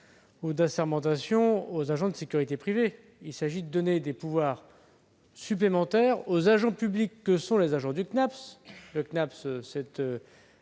ou d'assermentation aux agents de sécurité privée, mais de donner des pouvoirs supplémentaires aux agents publics que sont les agents du Cnaps,